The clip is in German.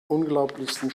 unglaublichsten